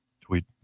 tweet